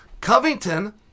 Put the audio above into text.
Covington